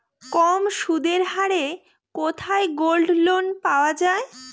কম সুদের হারে কোথায় গোল্ডলোন পাওয়া য়ায়?